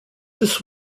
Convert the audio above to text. this